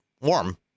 warm